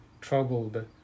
troubled